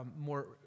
more